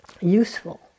useful